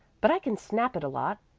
but i can snap it a lot,